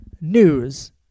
news